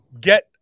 get